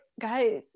guys